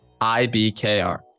IBKR